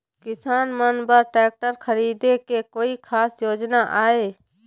किसान मन बर ट्रैक्टर खरीदे के कोई खास योजना आहे?